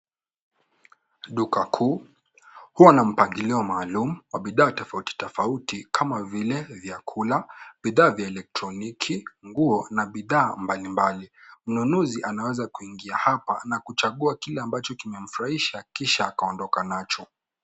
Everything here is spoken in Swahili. Duka kuu, huwa na mpangilio maalum wa bidhaa tofauti tofauti kama vile vyakula, bidhaa vya elektroniki, nguo na bidhaa mbalimbali. Mnunuzi anaweza kuingia hapa na kuchagua kile ambacho kimemfurahisha, akaondoka nacho.